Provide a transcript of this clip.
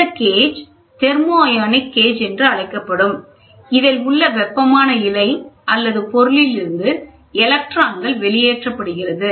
இந்த gauge thermo ionic gauge என்று அழைக்கப்படும் இதில் உள்ள வெப்பமான இழை அல்லது பொருளிலிருந்து எலக்ட்ரான்கள் வெளியேற்றப்படுகிறது